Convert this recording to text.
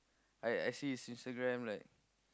I I see his Instagram like